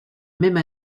même